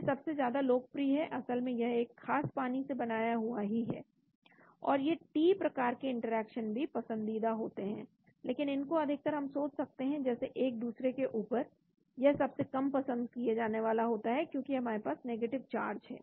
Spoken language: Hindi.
यह सबसे ज्यादा लोकप्रिय है असल में यह एक खास पानी में बनाया हुआ ही है और ये T प्रकार के इंटरेक्शन भी पसंदीदा होते हैं लेकिन इनको अधिकतर हम सोच सकते हैं जैसे एक को दूसरे के ऊपर यह सबसे कम पसंद किए जाने वाला होता है क्योंकि हमारे पास नेगेटिव चार्ज है